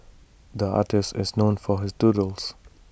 the artist is known for his doodles